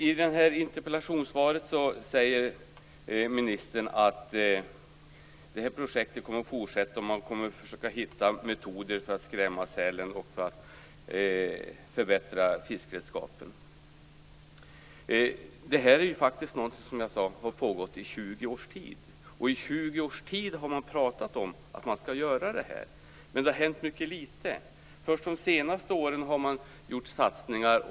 I interpellationssvaret säger ministern att projektet kommer att fortsätta och att man kommer att försöka hitta metoder för att skrämma sälen och för att förbättra fiskeredskapen. Som jag sade har detta faktiskt pågått i 20 års tid. I 20 års tid har man pratat om att man skall göra detta, men det har hänt väldigt litet. Först de senaste åren har man gjort satsningar.